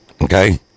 Okay